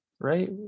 right